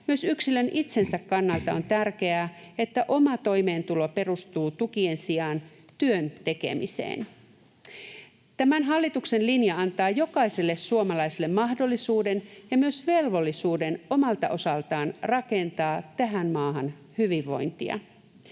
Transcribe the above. Myös yksilön itsensä kannalta on tärkeää, että oma toimeentulo perustuu tukien sijaan työn tekemiseen. Tämän hallituksen linja antaa jokaiselle suomalaiselle mahdollisuuden ja myös velvollisuuden omalta osaltaan rakentaa tähän maahan hyvinvointia.